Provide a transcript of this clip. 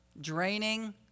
Draining